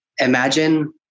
Imagine